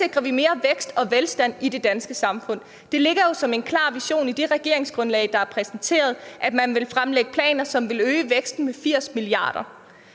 sikrer vi mere vækst og velstand i det danske samfund? Det ligger jo som en klar vision i det regeringsgrundlag, der er præsenteret, at man vil fremlægge planer, som vil øge væksten med 80 mia.